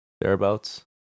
Thereabouts